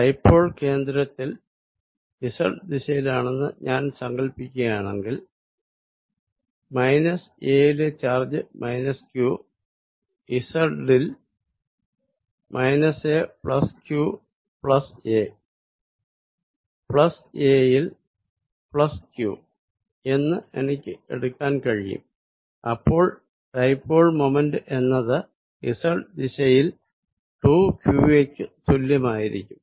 dipole കേന്ദ്രത്തിൽ z ദിശയിലാണെന്ന് ഞാൻ സങ്കല്പിക്കുകയാണെങ്കിൽ a യിലെ ചാർജ് q z ൽ a qa a ൽ q എന്ന് എനിക്ക് എടുക്കാൻ കഴിയും അപ്പോൾ ഡൈപോൾ മോമെന്റ്റ് എന്നത് z ദിശയിൽ 2qa ക്കു തുല്യമായിരിക്കും